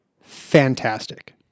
fantastic